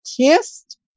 kissed